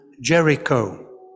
Jericho